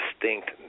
distinct